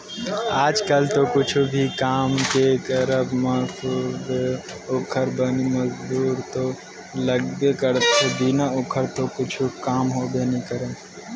आज कल तो कुछु भी काम के करब म सुबेवत ओखर बनी मजदूरी तो लगबे करथे बिना ओखर तो कुछु काम होबे नइ करय